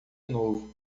novo